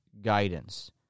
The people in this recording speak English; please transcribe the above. guidance